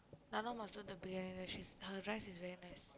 Thano must do the Briyani rice her rice is very nice